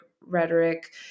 rhetoric